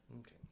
Okay